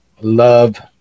love